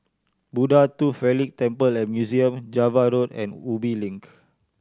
Buddha Tooth Relic Temple and Museum Java Road and Ubi Link